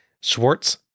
Schwartz